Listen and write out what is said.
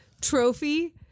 trophy